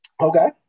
Okay